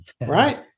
Right